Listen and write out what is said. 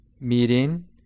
meeting